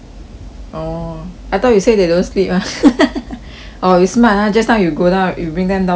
oh I thought you say they don't sleep [one] orh you smart ah just now you go down you bring them down to play right